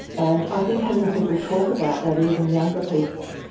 and i think having people talk about that, even younger people,